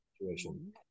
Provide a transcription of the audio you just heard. situation